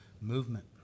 movement